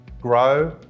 grow